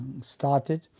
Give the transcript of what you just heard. started